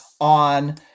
on